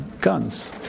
guns